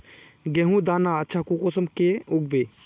गेहूँर दाना अच्छा कुंसम के उगबे?